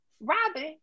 Robin